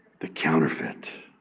the counterfeit.